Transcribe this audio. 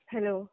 Hello